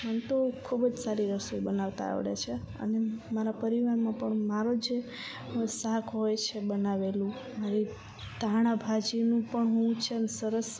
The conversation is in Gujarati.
મને તો ખૂબ જ સારી રસોઈ બનાવતા આવળે છે અને મારા પરિવારમાં પણ મારો જે શાક હોય છે બનાવેલું મારી ધાણા ભાજીનું પણ હું છેને સરસ